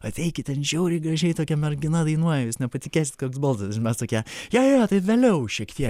ateikite ten žiauriai gražiai tokia mergina dainuoja jūs nepatikėsit koks balsas ir mes tokie jo jo jo tai vėliau šiek tie